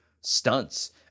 stunts